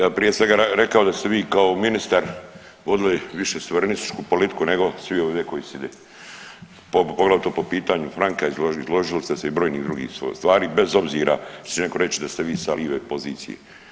Ja bi prije svega rekao da ste vi kao ministar vodili više suverenističku politiku nego svi ovde koji side poglavito po pitanju franka izložili ste se i brojnim drugim stvarima bez obzira što će neko reći da ste vi sa live pozicije.